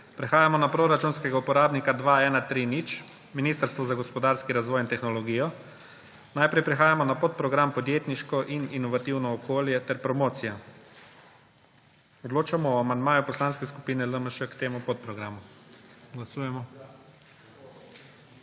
Prehajamo na proračunskega uporabnika 2130 – Ministrstvo za gospodarski razvoj in tehnologijo. Najprej prehajamo na podprogram Podjetniško in inovativno okolje ter promocija. Odločamo o amandmaju Poslanske skupine LMŠ k temu podprogramu.